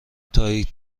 تاریک